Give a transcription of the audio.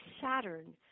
Saturn